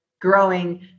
growing